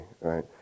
right